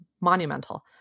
monumental